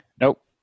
Nope